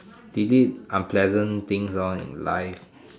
delete unpleasant things ah in life